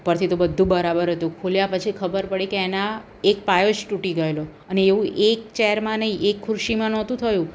ઉપરથી તો બધું બરાબર હતું ખોલ્યા પછી ખબર પડી કે એના એક પાયો જ તૂટી ગયેલો અને એવું એક ચેરમાં નહીં એક ખુરશીમાં નહોતું થયું